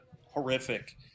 horrific